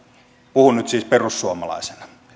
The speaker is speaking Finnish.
puhun nyt siis perussuomalaisena